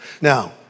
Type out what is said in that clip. Now